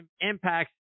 impacts